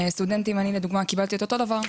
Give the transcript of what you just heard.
אני לדוגמא קיבלתי את אותו הדבר,